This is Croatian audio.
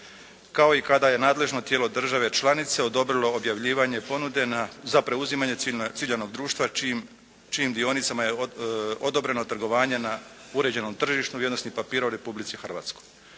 Kao i kada je nadležno tijelo države članice odobrilo objavljivanje ponude za preuzimanje ciljanog društva čijim dionicama je odobreno trgovanje na tržištu vrijednosnih papira u Republici Hrvatskoj.